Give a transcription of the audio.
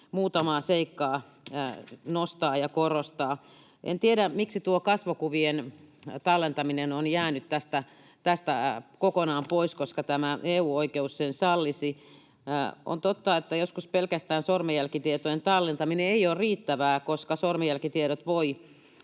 muutamaa seikkaa nostaa ja korostaa. En tiedä, miksi tuo kasvokuvien tallentaminen on jäänyt tästä kokonaan pois, koska tämä EU-oikeus sen sallisi. On totta, että joskus pelkästään sormenjälkitietojen tallentaminen ei ole riittävää, koska sormenjälkitiedot voivat